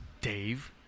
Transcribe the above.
Dave